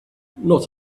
not